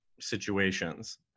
situations